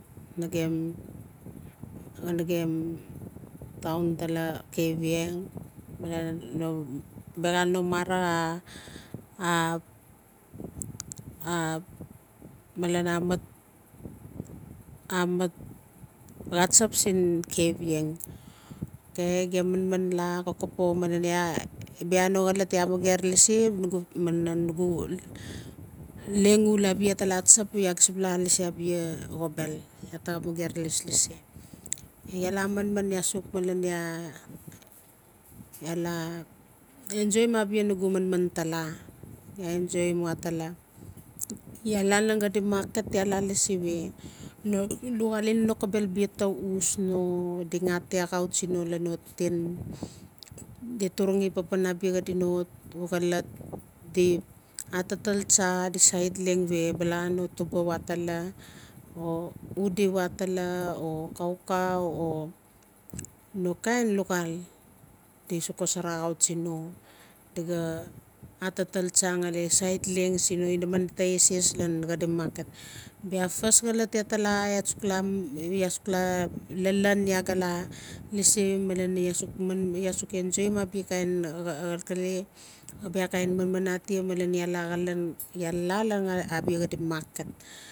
nagem nagem town tala kavieng biaxal no mara mat xatsap siin kavieng okay gem manman la kokopo malen iaa bia no xolot iaa xap mager lasi nugu leng uul abia laa ta la tsap o iaa ga suk la lasi abia lakpasi iaa la manman iaa suk malen ia ia la enjoyim abia nuga manman tala iaa enjoyim watala iaa la lan xadi market iaa la lasi we no luxaal en lokobel bia ta uus no di ta ngati xautsi no lan no tin di turangi papan abia xadi no pu xolot di atatal tsa di sait leng we bala no tuba watela o udi sait leng we bala no tuba watela o udi watela o xaukau o no kain luxaal di suk xosara axautsi no di xaa atatal tsa ngali asait leng siin no inaman di ta eses lan xadi market bia first colot iaa ta la iaa suk la iaasuk la lalon la ga la lasi malen iaa suk man iaa suk enjouim kain xalkale bia kain manman atia malen iaa la xaal lan market